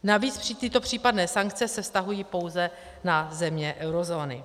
Navíc tyto případné sankce se vztahují pouze na země eurozóny.